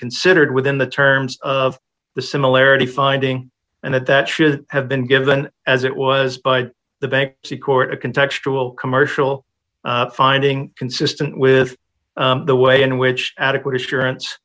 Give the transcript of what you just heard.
considered within the terms of the similarity finding and at that should have been given as it was by the bank to court a contractual commercial finding consistent with the way in which adequate assurance